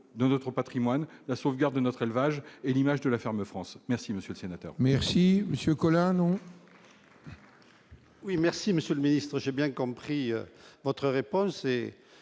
de notre Patrimoine, la sauvegarde de notre élevage et l'image de la ferme France merci monsieur le sénateur. Merci monsieur Collin non. Oui, merci, monsieur le ministre, j'ai bien compris votre réponse